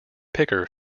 picker